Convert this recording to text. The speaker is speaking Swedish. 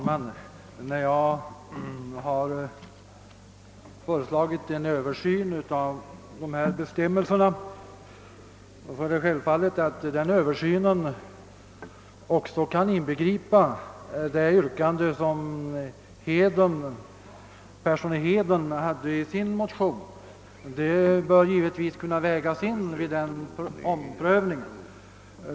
Herr talman! Den översyn som jag har föreslagit kan självfallet inbegripa det yrkande som herr Persson i Heden framfört i sin motion; det yrkandet bör givetvis kunna beaktas vid denna omprövning.